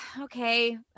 Okay